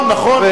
נכון,